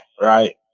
right